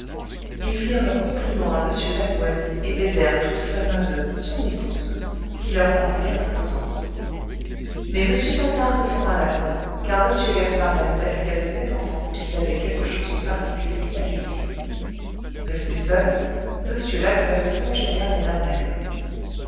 ils firent leurs compliments à m lalouette et baisèrent tous la main de son épouse qui leur parut bien imposante mais m patard ne s'en alla pas car m gaspard lalouette lui avait fait entendre qu'il avait quelque chose de particulier à lui dire restés seuls m lalouette congédia mme lalouette